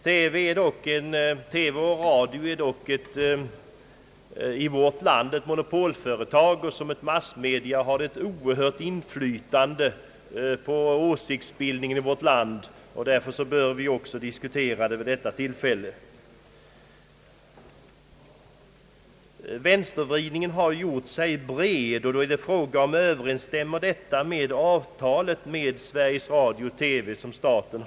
Sveriges Radio och TV är dock i vårt land ett monopolföretag, och som massmedier har radio och TV ett oerhört inflytande på åsiktsbildningen i landet. Därför bör vi också diskutera dessa mediers programverksamhet vid detta tillfälle. Vänstervridningen har gjort sig bred, och då ställer man sig frågan: Stämmer detta med avtalet mellan staten och Sveriges Radio?